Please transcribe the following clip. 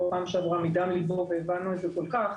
פעם שעברה מדם ליבו והבנו את זה כל כך.